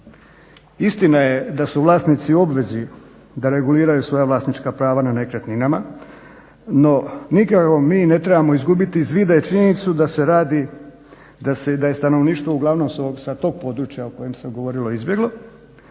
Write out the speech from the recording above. Istina je da su vlasnici u obvezi da reguliraju svoja vlasnička prava na nekretninama no nikako mi ne trebamo izgubiti iz vida činjenicu da se radi, da je stanovništvo uglavnom s tog područja o kojem se govorilo izbjeglo,